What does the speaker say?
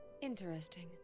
Interesting